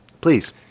Please